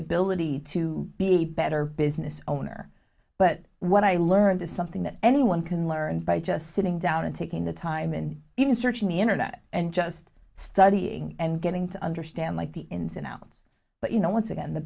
ability to be a better business owner but what i learned is something that anyone can learn by just sitting down and taking the time and even searching the internet and just studying and getting to understand like the ins and outs but you know once again the